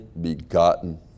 begotten